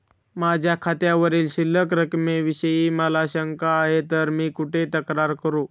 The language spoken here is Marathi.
माझ्या खात्यावरील शिल्लक रकमेविषयी मला शंका आहे तर मी कुठे तक्रार करू?